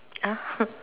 ah